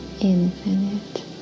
Infinite